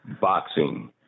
boxing